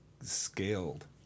scaled